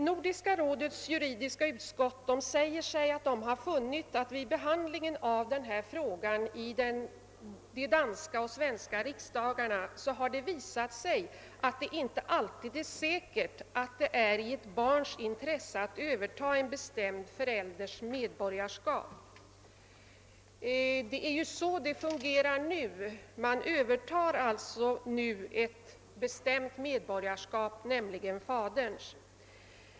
Nordiska rådets juridiska utskott säger sig ha funnit att det vid behandlingen av denna fråga i de danska och svenska riksdagarna visat sig att det inte alltid är säkert att det är i ett barns intresse att överta en bestämd förälders medborgarskap. Det är ju på detta sätt det hela nu fungerar; man övertar alltså nu ett bestämt medborgarskap, nämligen faderns.